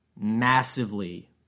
massively